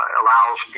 allows